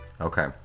Okay